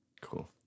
Cool